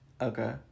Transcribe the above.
Okay